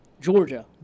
georgia